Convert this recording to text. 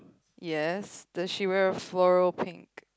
yes does she wear a floral pink